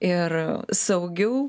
ir saugiau